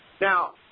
Now